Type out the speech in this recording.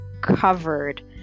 covered